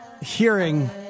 hearing